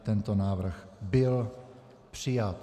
Tento návrh byl přijat.